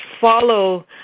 follow